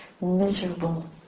miserable